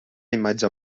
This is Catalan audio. imatge